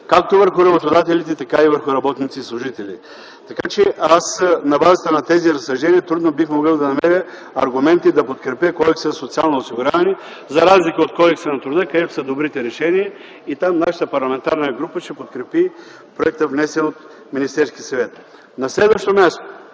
както върху работодателите, така и върху работниците и служителите. Аз, на базата на тези разсъждения, трудно бих могъл да намеря аргументи, за да подкрепя промените в Кодекса за социално осигуряване за разлика от Кодекса на труда, където са добрите решения. Там нашата парламентарна група ще подкрепи проекта, внесен от Министерския съвет. На следващо място,